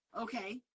Okay